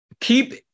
keep